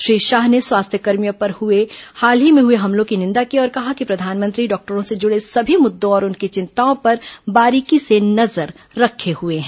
श्री शाह ने स्वास्थ्यकर्मियों पर हाल ही में हुए हमलों की निंदा की और कहा कि प्रधानमंत्री डॉक्टरों से जुड़े सभी मुद्दों और उनकी चिंताओं पर बारीकी से नजर रखे हुए हैं